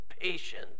patience